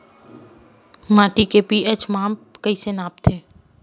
माटी के पी.एच मान कइसे मापथे?